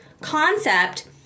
concept